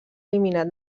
eliminat